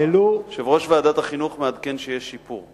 יושב-ראש ועדת החינוך מעדכן שיש שיפור.